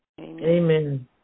Amen